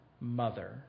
mother